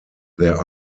there